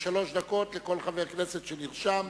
שלוש דקות לכל חבר כנסת שנרשם.